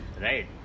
right